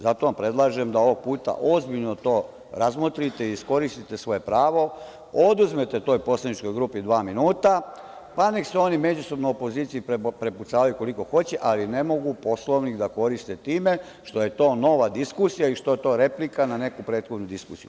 Zato predlažem da ovog puta ozbiljno to razmotrite i iskoristite svoje pravo, oduzmite toj poslaničkoj grupi dva minuta, pa nek se oni međusobno u opoziciji prepucavaju koliko hoće, ali ne mogu Poslovnik da koriste time što je to nova diskusija i što je to replika na neku prethodnu diskusiju.